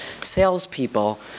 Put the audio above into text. salespeople